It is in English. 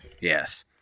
Yes